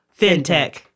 fintech